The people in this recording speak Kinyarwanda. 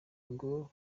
ngo